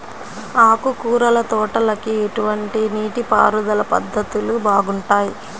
ఆకుకూరల తోటలకి ఎటువంటి నీటిపారుదల పద్ధతులు బాగుంటాయ్?